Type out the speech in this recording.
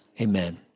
Amen